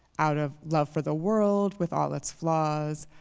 out of love for the world, with all its flaws,